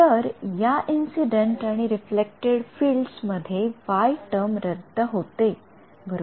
तर या इंसिडेंट आणि रिफ्लेक्टड फील्डस मध्ये y टर्म रद्द होते बरोबर